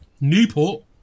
Newport